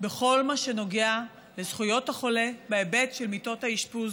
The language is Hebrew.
בכל הנוגע לזכויות החולה בהיבט של מיטות האשפוז.